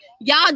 y'all